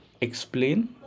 explain